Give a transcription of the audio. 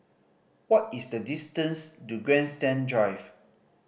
what is the distance to Grandstand Drive